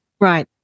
right